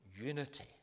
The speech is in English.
unity